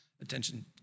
attention